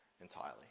entirely